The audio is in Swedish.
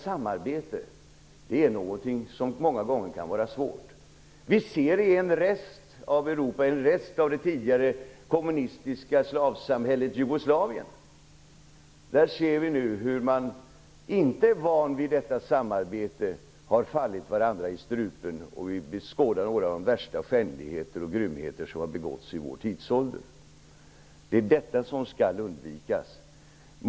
Samarbete kan många gånger vara svårt. Vi ser en rest av det i det tidigare kommunistiska slavsamhället Jugoslavien. Vi ser hur man där inte är van vid detta samarbete och har fallit varandra i strupen, och vi skådar där några av de värsta skändligheter och grymheter som har begåtts i vår tidsålder. Det är detta som skall undvikas.